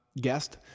guest